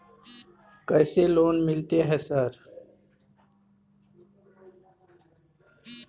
कैसे लोन मिलते है सर?